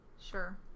Sure